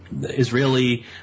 Israeli